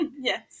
Yes